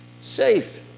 Safe